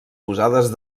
posades